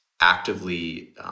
actively